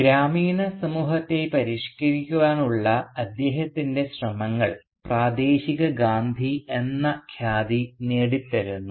ഗ്രാമീണ സമൂഹത്തെ പരിഷ്കരിക്കാനുള്ള അദ്ദേഹത്തിൻറെ ശ്രമങ്ങൾ പ്രാദേശിക ഗാന്ധി എന്ന ഖ്യാതി നേടിത്തരുന്നു